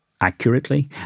accurately